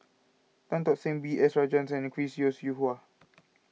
Tan Tock San B S Rajhans and Chris Yeo Siew Hua